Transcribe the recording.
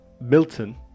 Milton